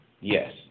Yes